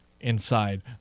inside